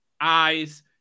eyes